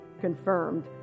confirmed